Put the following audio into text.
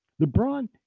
LeBron